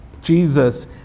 Jesus